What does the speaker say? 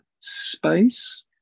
Space